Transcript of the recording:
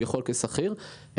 כלומר כשכיר כביכול,